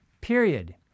period